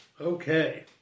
Okay